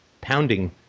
pounding